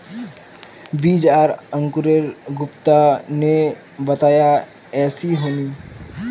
बीज आर अंकूर गुप्ता ने बताया ऐसी होनी?